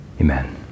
Amen